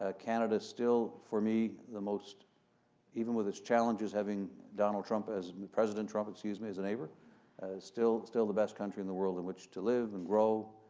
ah canada, still for me the most even with its challenges having donald trump as, president trump, excuse me, as a neighbour still still the best country in the world in which to live and grow,